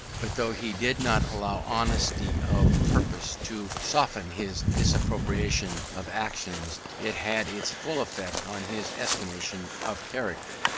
but though he did not allow honesty of purpose to soften his disapprobation of actions, it had its full effect on his estimation of characters.